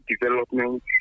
development